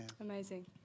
Amazing